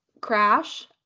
crash